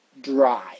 dry